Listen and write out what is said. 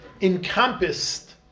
encompassed